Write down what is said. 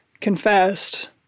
confessed